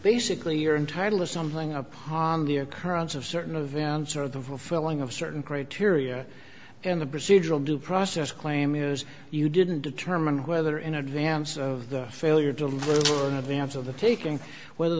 basically your entire list something up on the occurrence of certain events or the feeling of certain criteria and the procedural due process claim is you didn't determine whether in advance of the failure deliver in advance of the taking whether